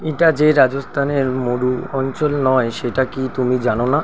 এটা যে রাজস্থানের মরু অঞ্চল নয় সেটা কি তুমি জানো না